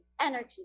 energy